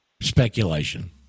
Speculation